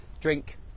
drink